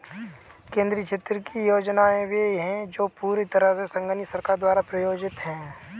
केंद्रीय क्षेत्र की योजनाएं वे है जो पूरी तरह से संघीय सरकार द्वारा प्रायोजित है